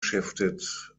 shifted